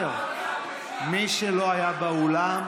אדוני, אמרת השר משיב, מי שלא היה באולם,